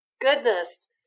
Goodness